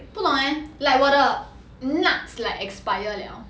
不懂 leh like 我的 nuts like expired liao